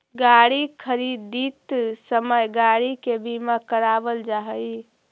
गाड़ी खरीदित समय गाड़ी के बीमा करावल जा हई